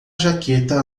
jaqueta